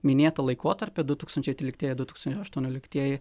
minėtą laikotarpio du tūkstančiai tryliktieji du tūkstančiai aštuonioliktieji